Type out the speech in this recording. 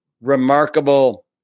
remarkable